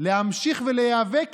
לאנשים לא יהיה איך